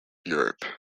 europe